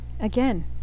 again